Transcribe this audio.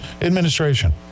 administration